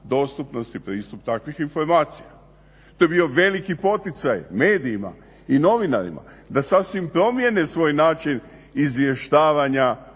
i pristup takvih informacija. To je bio veliki poticaj medijima i novinarima da sasvim promijene svoj način izvještavanja